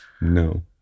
No